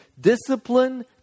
discipline